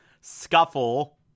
scuffle